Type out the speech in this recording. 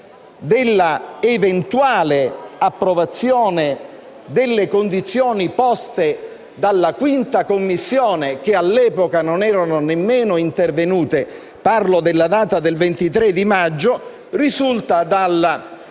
della eventuale approvazione delle condizioni poste dalla 5a Commissione, che all'epoca non erano neanche intervenute (parlo della data del 23 maggio), risulta dal